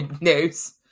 news